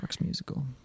musical